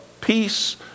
peace